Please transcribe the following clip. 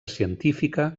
científica